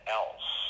else